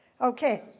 okay